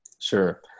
Sure